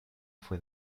fue